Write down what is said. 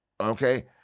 okay